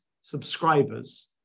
subscribers